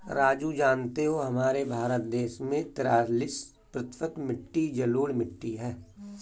राजू जानते हो हमारे भारत देश में तिरालिस प्रतिशत मिट्टी जलोढ़ मिट्टी हैं